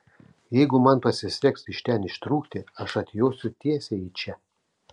jeigu man pasiseks iš ten ištrūkti aš atjosiu tiesiai į čia